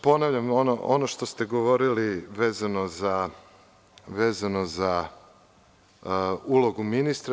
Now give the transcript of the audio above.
Ponoviću ono što ste govorili vezano za ulogu ministra.